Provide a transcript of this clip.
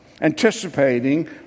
anticipating